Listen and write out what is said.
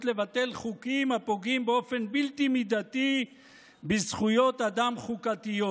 לבטל חוקים הפוגעים באופן בלתי מידתי בזכויות אדם חוקתיות.